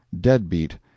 deadbeat